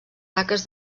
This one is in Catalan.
taques